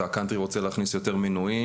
וקאנטרי רוצה להכניס יותר מינויים,